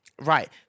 Right